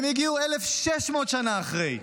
הם הגיעו 1,600 שנה אחרי,